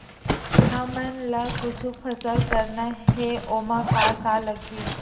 हमन ला कुछु फसल करना हे ओमा का का लगही?